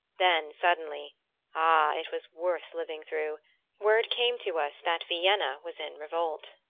then suddenly ah, it was worth living through word came to us that vienna was in revolt.